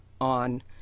on